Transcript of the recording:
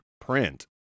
print